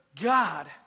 God